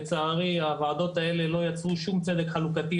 לצערי הוועדות האלה לא יצרו שום צדק חלוקתי.